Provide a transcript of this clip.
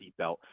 seatbelt